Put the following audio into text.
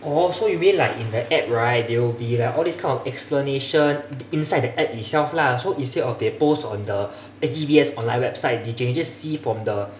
oh so you mean like in the app right there will be all these kind of explanation inside the app itself lah so instead of they post on the D_B_S online website they can just see from the